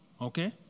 Okay